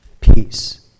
peace